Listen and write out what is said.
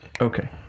Okay